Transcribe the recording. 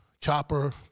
chopper